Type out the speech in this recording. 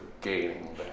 gaining